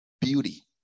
Beauty